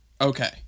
okay